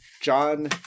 John